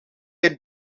het